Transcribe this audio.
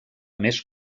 més